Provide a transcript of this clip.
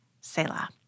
Selah